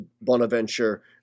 Bonaventure